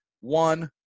one